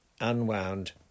unwound